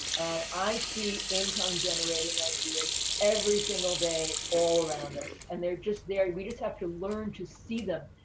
and i see income generating ideas every single day, all around us, and they're just there. we just have to learn to see them.